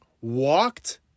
walked